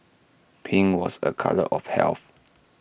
pink was A colour of health